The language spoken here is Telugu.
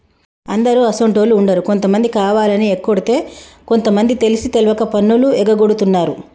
అందరు అసోంటోళ్ళు ఉండరు కొంతమంది కావాలని ఎగకొడితే కొంత మంది తెలిసి తెలవక పన్నులు ఎగగొడుతున్నారు